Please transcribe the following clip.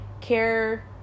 Care